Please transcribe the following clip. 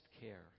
care